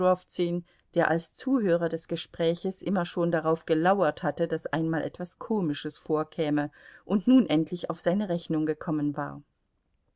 der als zuhörer des gespräches immer schon darauf gelauert hatte daß einmal etwas komisches vorkäme und nun endlich auf seine rechnung gekommen war